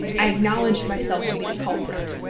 i acknowledged myself to be the culprit.